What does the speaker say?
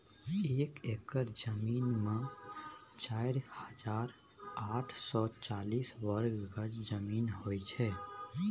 एक एकड़ जमीन मे चारि हजार आठ सय चालीस वर्ग गज जमीन होइ छै